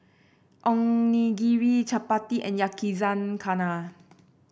Onigiri Chapati and Yakizakana